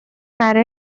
برای